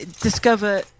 discover